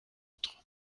vôtres